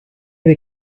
were